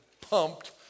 pumped